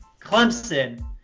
Clemson